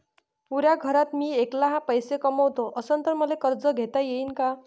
पुऱ्या घरात मी ऐकला पैसे कमवत असन तर मले कर्ज घेता येईन का?